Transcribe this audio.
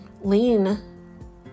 lean